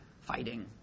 fighting